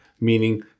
meaning